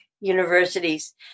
universities